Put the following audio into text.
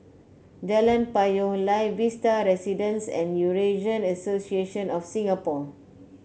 Jalan Payoh Lai Vista Residences and Eurasian Association of Singapore